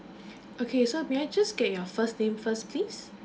okay so may I just get your first name first please